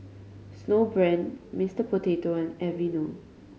Snowbrand Mister Potato and Aveeno